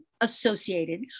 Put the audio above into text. associated